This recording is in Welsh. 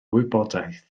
wybodaeth